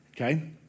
okay